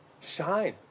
Shine